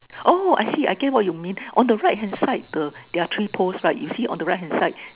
oh I see I get what you mean on the right hand side the there are three poles right you see on the right hand side